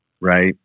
right